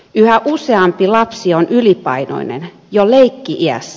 yhä useampi lapsi on ylipainoinen jo leikki iässä